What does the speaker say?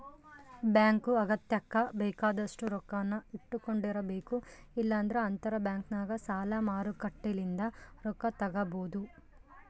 bank ಅಗತ್ಯಕ್ಕ ಬೇಕಾದಷ್ಟು ರೊಕ್ಕನ್ನ ಇಟ್ಟಕೊಂಡಿರಬೇಕು, ಇಲ್ಲಂದ್ರ ಅಂತರಬ್ಯಾಂಕ್ನಗ ಸಾಲ ಮಾರುಕಟ್ಟೆಲಿಂದ ರೊಕ್ಕ ತಗಬೊದು